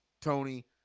Tony